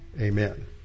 Amen